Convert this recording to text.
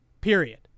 period